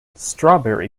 strawberry